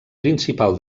principal